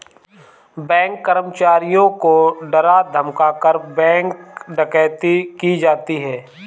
bank कर्मचारियों को डरा धमकाकर, बैंक डकैती की जाती है